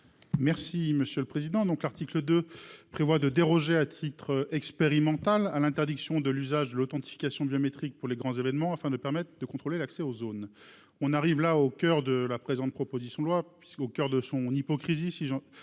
présenter l'amendement n° 6. L'article 2 tend à déroger, à titre expérimental, à l'interdiction de l'usage de l'authentification biométrique pour de grands événements, afin de permettre de contrôler l'accès aux zones. On arrive ici au coeur de la présente proposition de loi, au coeur de son hypocrisie,